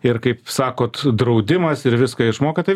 ir kaip sakot draudimas ir viską išmoka tai